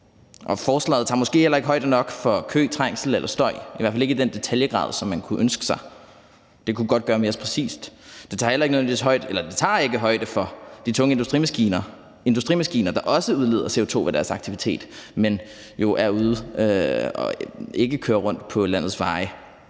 forslaget tager måske heller ikke højde nok for køtrængsel eller støj, i hvert fald ikke i den detaljeringsgrad, som man kunne ønske sig. Det kunne godt gøres mere præcist. Det tager ikke højde for de tunge industrimaskiner, der også udleder CO2 ved deres aktivitet, men jo ikke er ude at køre rundt på landets veje.